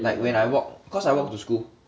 like when I walk cause I walk to school